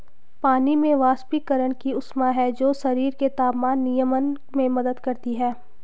पानी में वाष्पीकरण की ऊष्मा है जो शरीर के तापमान नियमन में मदद करती है